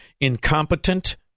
incompetent